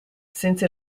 since